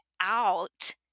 out